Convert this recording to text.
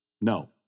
No